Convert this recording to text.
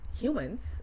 humans